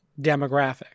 demographic